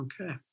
Okay